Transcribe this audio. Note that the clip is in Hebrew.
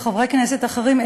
וחברי כנסת אחרים,